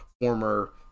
former